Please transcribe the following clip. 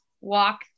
walk